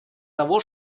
того